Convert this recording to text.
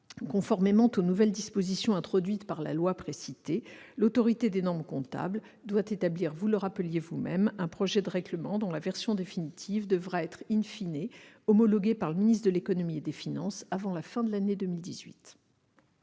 conformément aux nouvelles dispositions introduites par la loi précitée, l'Autorité des normes comptables doit établir un projet de règlement dont la version définitive devra être homologuée par le ministre de l'économie et des finances avant la fin de l'année 2018.